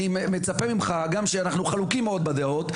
אני מצפה ממך גם שאנחנו חלוקים מאוד בדעות,